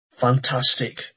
fantastic